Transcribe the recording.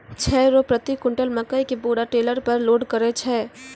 छह रु प्रति क्विंटल मकई के बोरा टेलर पे लोड करे छैय?